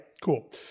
cool